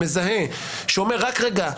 מזהה ואומר: רק רגע,